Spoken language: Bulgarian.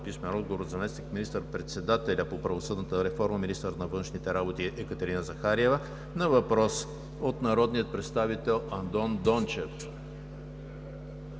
Божанков; - заместник министър-председателя по правосъдната реформа и министър на външните работи Екатерина Захариева на въпрос от народния представител Андон Дончев;